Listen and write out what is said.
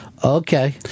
Okay